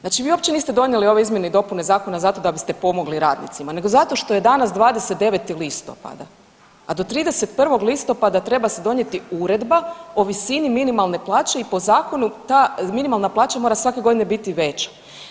Znači vi uopće niste donijeli ove izmjene i dopune zakona zato da biste pomogli radnicima nego zato što dana 29. listopada, a do 31. listopada treba se donijeti uredba o visini minimalne plaće i po zakonu ta minimalna plaća mora svake godine biti veća.